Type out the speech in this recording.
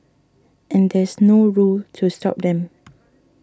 and there's no rule to stop them